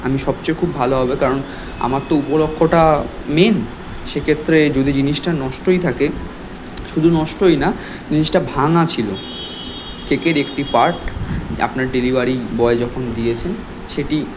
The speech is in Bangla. আমি সবচেয়ে খুব ভালো হবে কারণ আমার তো উপলক্ষ্যটা মেন সেক্ষেত্রে যদি জিনিসটা নষ্টই থাকে শুধু নষ্টই না জিনিসটা ভাঙা ছিল কেকের একটি পার্ট আপনার ডেলিভারি বয় যখন দিয়েছেন সেটি